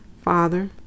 Father